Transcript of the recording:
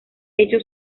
hecho